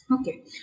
okay